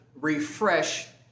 Refresh